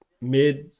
mid